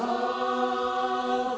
oh